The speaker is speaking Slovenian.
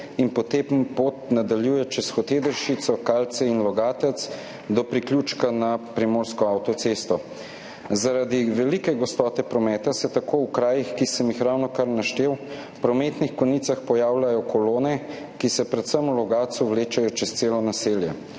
in potem pot nadaljuje čez Hotedršico, Kalce in Logatec do priključka na primorsko avtocesto. Zaradi velike gostote prometa se tako v krajih, ki sem jih ravnokar naštel, v prometnih konicah pojavljajo kolone, ki se predvsem v Logatcu vlečejo čez celo naselje.